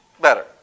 better